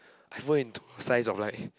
I fold into a size of like